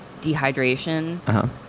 dehydration